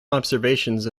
observations